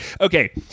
Okay